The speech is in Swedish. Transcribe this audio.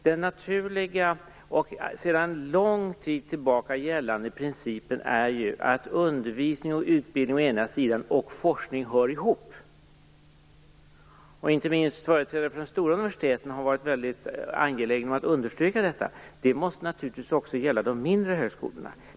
Den naturliga och sedan lång tid tillbaka gällande principen är ju att undervisning och utbildning å ena sidan och forskning å den andra hör ihop. Inte minst företrädare för de stora universiteten har varit väldigt angelägna om att understryka detta. Det måste naturligtvis gälla också de mindre högskolorna.